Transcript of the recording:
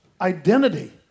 identity